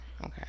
okay